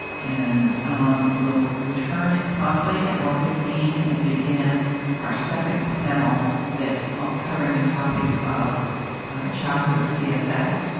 and we'll return promptly, at one fifteen, and begin our second panel that's covering the topic of childhood cfs